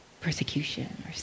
persecution